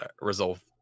Resolve